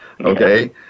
okay